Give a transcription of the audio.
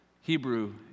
Hebrew